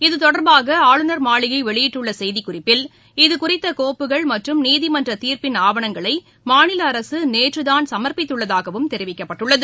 இது தொடர்பாகஆளுநர் மாளிகைவெளியிட்டுள்ளசெய்திக்குறிப்பில் இது குறித்தகோப்புகள் மற்றும் நீதிமன்றதீா்ப்பின் ஆவணங்களை மாநிலஅரசுநேற்றுதான் சம்ப்பித்துள்ளதாகவும் தெரிவிக்கப்பட்டுள்ளது